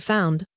found